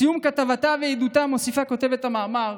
בסיום כתבתה ועדותה מוסיפה כותבת המאמר